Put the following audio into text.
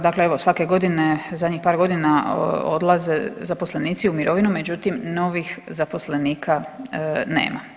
Dakle, evo svake godine, zadnjih par godina odlaze zaposlenici u mirovinu međutim novih zaposlenika nema.